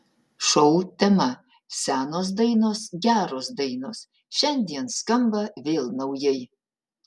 šou tema senos dainos geros dainos šiandien skamba vėl naujai